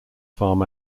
farm